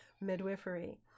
midwifery